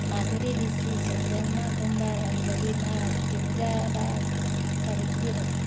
Madhuri Bishi Satyabhama Kumbhar Anjali Nag Girija Bag Savitri Rath